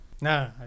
No